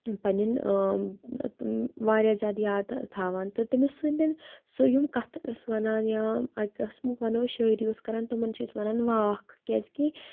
پنٛنٮ۪ن واریاہ زیادٕ یاد تہٕ تھاوان تہٕ تٔمۍ سٕنٛدٮ۪ن سُہ یِم کَتھٕ اوس وَنان یا اَکہِ قٕسمُک وَنو شٲعری اوس کَران تِمَن چھِ أسۍ وَنان واکھ کیٛازِکہِ